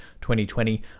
2020